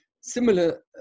similar